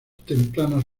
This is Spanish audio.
tempranas